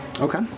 Okay